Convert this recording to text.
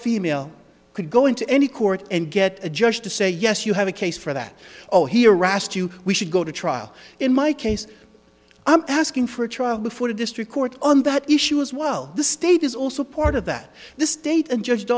female could go into any court and get a judge to say yes you have a case for that oh here rast you we should go to trial in my case i'm asking for a trial before the district court on that issue as well the state is also part of that the state and judge